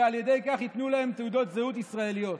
ועל ידי כך ייתנו להם תעודות זהות ישראליות.